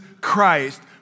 Christ